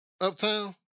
Uptown